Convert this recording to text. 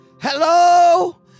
Hello